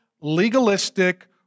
legalistic